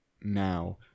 Now